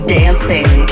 dancing